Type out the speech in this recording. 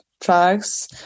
tracks